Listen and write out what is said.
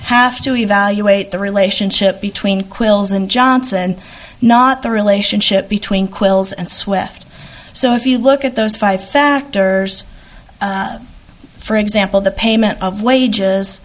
have to evaluate the relationship between quill's and johnson not the relationship between quills and swift so if you look at those five factors for example the payment of wages